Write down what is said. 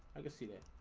i could see that